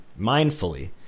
mindfully